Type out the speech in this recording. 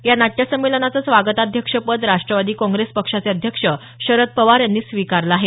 या नाट्यसंमेलनाचं स्वागताध्यक्ष पद राष्ट्रवादी काँग्रेस पक्षाचे अध्यक्ष शरद पवार यांनी स्वीकारलं आहे